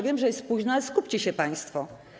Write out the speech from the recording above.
Wiem, że jest późno, ale skupcie się państwo.